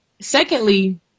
secondly